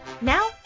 Now